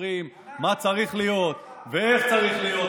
ומספרים מה צריך להיות ואיך צריך להיות.